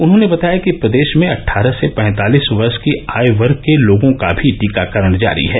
उन्होंने बताया कि प्रदेश में अट्ठारह से पैंतालीस वर्ष की आयु वर्ष के लोगों का भी टीकाकरण जारी है